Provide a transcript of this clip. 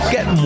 Get